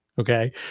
Okay